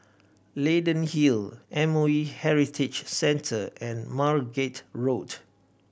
Leyden Hill M O E Heritage Centre and Margate Road